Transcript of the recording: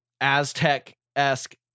Aztec-esque